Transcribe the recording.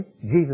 Jesus